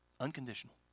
Unconditional